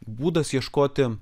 būdas ieškoti